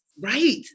Right